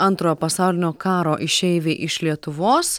antrojo pasaulinio karo išeiviai iš lietuvos